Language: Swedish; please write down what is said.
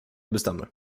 bestämmer